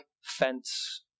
fence